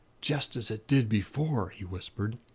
just as it did before he whispered.